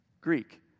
Greek